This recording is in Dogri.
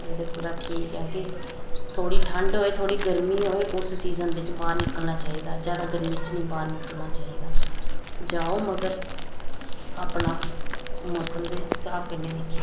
ते एह्दे कोला ठीक ऐ थोह्ड़ी ठंड होऐ थोह्ड़ी गर्मी होऐ ते उस सीज़न बिच बाहर निकलना चाहिदा जादै गर्मी च निं बाहर निकलना चाहिदा जाओ मगर अपना मौसम दे स्हाब कन्नै